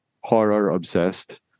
horror-obsessed